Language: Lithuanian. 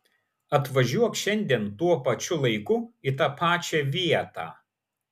atvažiuok šiandien tuo pačiu laiku į tą pačią vietą